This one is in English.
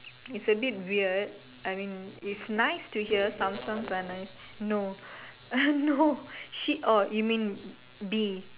is a bit weird I mean it's nice to hear some songs are nice no uh no she orh you mean B